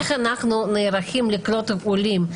איך אנחנו נערכים לקלוט עולים.